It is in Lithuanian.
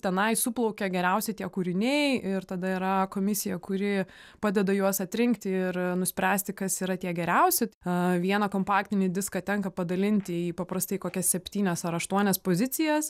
tenai suplaukia geriausi tie kūriniai ir tada yra komisija kuri padeda juos atrinkti ir nuspręsti kas yra tie geriausi a vieną kompaktinį diską tenka padalinti į paprastai kokias septynias ar aštuonias pozicijas